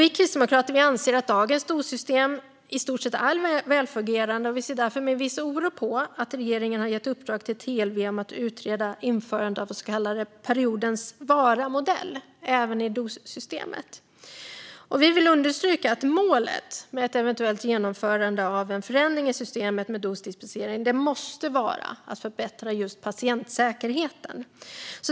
Vi kristdemokrater anser att dagens dossystem i stort sett är välfungerande och ser därför med viss oro på att regeringen har gett TLV i uppdrag att utreda införande av en så kallad periodens vara-modell även i dossystemet. Vi vill understryka att målet för ett eventuellt genomförande av förändringar i systemet med dosdispensering måste vara att förbättra patientsäkerheten.